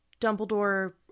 Dumbledore